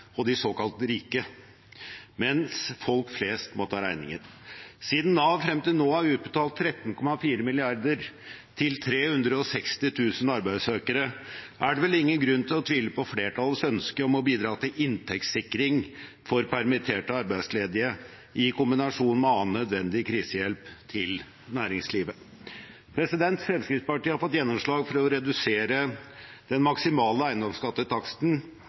og de såkalt rike, mens folk flest må ta regningen. Siden Nav frem til nå har utbetalt 13,4 mrd. kr til 360 000 arbeidssøkere, er det vel ingen grunn til å tvile på flertallets ønske om å bidra til inntektssikring for permitterte og arbeidsledige i kombinasjon med annen nødvendig krisehjelp til næringslivet. Fremskrittspartiet har fått gjennomslag for å redusere den maksimale